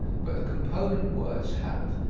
but the component words have,